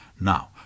Now